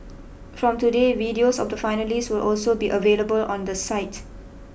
from today videos of the finalists will also be available on the site